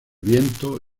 viento